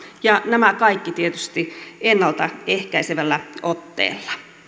ja nämä kaikki tietysti ennalta ehkäisevällä otteella